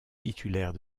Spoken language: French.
titulaire